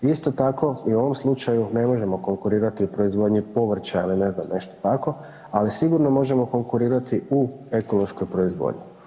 Isto tako i u ovom slučaju ne možemo konkurirati u proizvodnji povrća ili nešto tako, ali sigurno možemo konkurirati u ekološkoj proizvodnji.